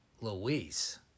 Louise